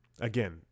Again